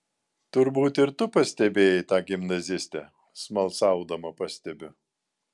turbūt ir tu pastebėjai tą gimnazistę smalsaudama pastebiu